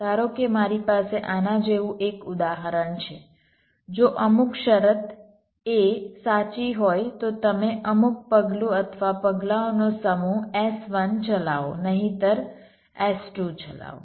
ધારો કે મારી પાસે આના જેવું એક ઉદાહરણ છે જો અમુક શરત a સાચી હોય તો તમે અમુક પગલું અથવા પગલાંનો સમૂહ s1ચલાવો નહિંતર s2 ચલાવો